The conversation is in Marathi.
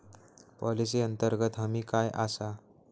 पॉलिसी अंतर्गत हमी काय आसा?